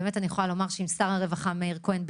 אני יכולה לומר שעם שר הרווחה מאיר כהן,